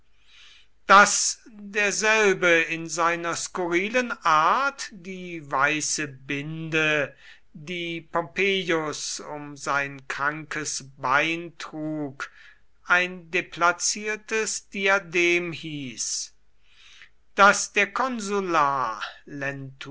daß derselbe in seiner skurrilen art die weiße binde die pompeius um sein krankes bein trug ein deplaziertes diadem hieß daß der konsular